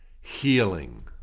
healing